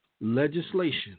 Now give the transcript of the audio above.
legislation